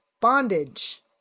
bondage